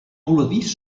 voladís